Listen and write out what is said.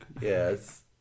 Yes